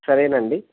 సరేనండి